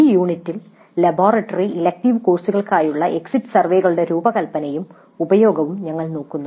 ഈ യൂണിറ്റിൽ laboratory elective കോഴ്സുകൾക്കായുള്ള എക്സിറ്റ് സർവേകളുടെ രൂപകൽപ്പനയും ഉപയോഗവും ഞങ്ങൾ നോക്കുന്നു